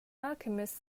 alchemist